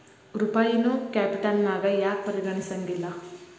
ರೂಪಾಯಿನೂ ಕ್ಯಾಪಿಟಲ್ನ್ಯಾಗ್ ಯಾಕ್ ಪರಿಗಣಿಸೆಂಗಿಲ್ಲಾ?